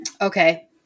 Okay